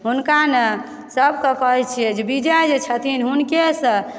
हुनका न सभके कहय छियै जे विजय जे छथिन हुनकासँ